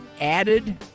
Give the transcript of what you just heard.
added